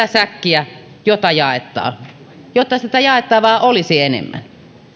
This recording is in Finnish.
sitä säkkiä jota jaetaan jotta sitä jaettavaa olisi enemmän